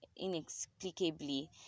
inexplicably